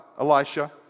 Elisha